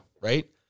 Right